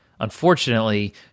Unfortunately